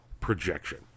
projection